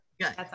Good